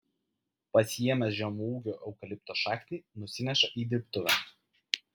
pasiėmęs žemaūgio eukalipto šaknį nusineša į dirbtuvę